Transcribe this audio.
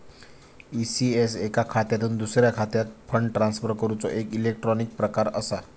ECS एका खात्यातुन दुसऱ्या खात्यात फंड ट्रांसफर करूचो एक इलेक्ट्रॉनिक प्रकार असा